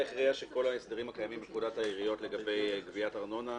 הכריעה שכל ההסדרים הקיימים בפקודת העיריות לגבי גביית ארנונה,